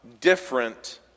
different